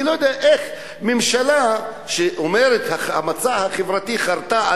אני לא יודע איך ממשלה שאומרת שחרתה על